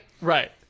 Right